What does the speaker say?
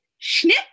snip